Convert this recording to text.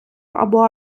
або